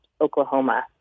Oklahoma